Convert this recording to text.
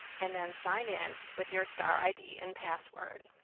and then sign in with your star id and password.